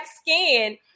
skin